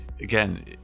again